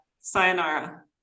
sayonara